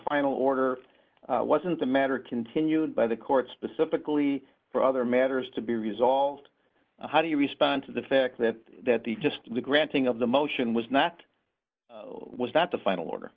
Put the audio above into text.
final order wasn't the matter continued by the court specifically for other matters to be resolved how do you respond to the fact that that the just the granting of the motion was not was that the final order